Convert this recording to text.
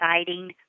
exciting